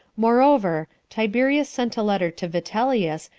moreover, tiberius sent a letter to vitellius,